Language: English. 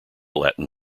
latin